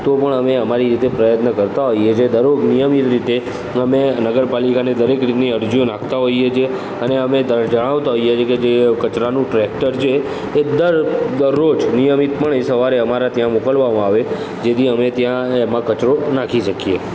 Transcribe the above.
તો પણ અમે અમારી રીતે પ્રયત્ન કરતાં હોઈએ છે દરરોજ નિયમિત રીતે અમે નગરપાલિકાને દરેક રીતની અરજીઓ નાખતા હોઈએ છીએ અને અમે જણાવતા હોઈએ છીએ કે જે કચરાનું ટ્રેક્ટર છે તે દર દરરોજ નિયમિત પણે સવારે અમારા ત્યાં મોકલવામાં આવે જેથી અમે ત્યાં એમાં કચરો નાખી શકીએ